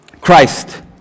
Christ